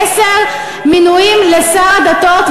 עשרה מינויים לשר הדתות,